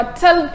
tell